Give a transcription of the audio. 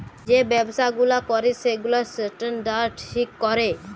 যে ব্যবসা গুলা ক্যরে সেগুলার স্ট্যান্ডার্ড ঠিক ক্যরে